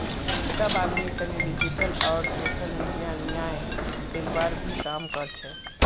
सब आदमीर तने डिजिटल आर सोसल मीडिया न्याय दिलवार भी काम कर छे